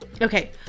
Okay